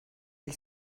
hil